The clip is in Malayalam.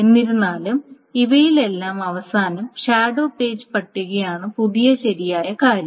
എന്നിരുന്നാലും ഇവയുടെയെല്ലാം അവസാനം ഷാഡോ പേജ് പട്ടികയാണ് പുതിയ ശരിയായ കാര്യം